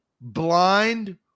blind